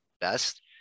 best